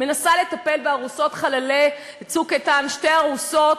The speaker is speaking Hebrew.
מנסה לטפל בארוסות חללי "צוק איתן" שתי ארוסות